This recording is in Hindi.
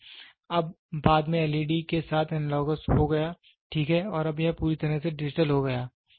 तो अब बाद में यह एलईडी के साथ एनालॉगस हो गया ठीक है और अब यह पूरी तरह से डिजिटल हो गया है